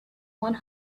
one